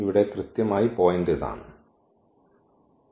ഇവിടെ കൃത്യമായി പോയിന്റ് ഇതാണ്